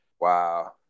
Wow